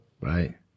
right